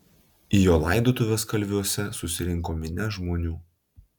į jo laidotuves kalviuose susirinko minia žmonių